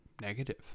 negative